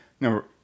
number